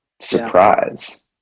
surprise